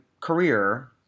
career